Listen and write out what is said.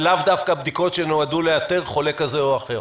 ולאו דווקא בדיקות שנועדו לאתר חולה כזה או אחר.